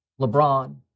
LeBron